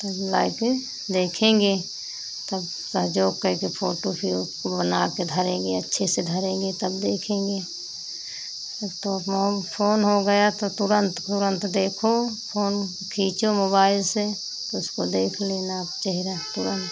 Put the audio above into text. तब लाइके देखेंगे तब सहजोग कर के फोटू फिर उसको बना के धरेगी अच्छे से धरेंगे तब देखेंगे अब तो मोम फ़ोन हो गया तो तुरन्त तुरन्त देखो फोन खींचो मोबाइल से तो उसको देख लेना अब चेहरा तुरन्त